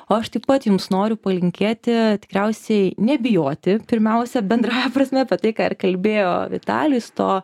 o aš taip pat jums noriu palinkėti tikriausiai nebijoti pirmiausia bendrąja prasme apie tai ką ir kalbėjo vitalijus to